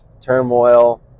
turmoil